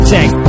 Tank